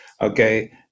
Okay